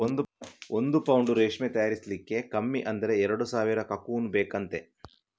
ಒಂದು ಪೌಂಡು ರೇಷ್ಮೆ ತಯಾರಿಸ್ಲಿಕ್ಕೆ ಕಮ್ಮಿ ಅಂದ್ರೆ ಎರಡು ಸಾವಿರ ಕಕೂನ್ ಬೇಕಂತೆ